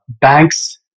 Banks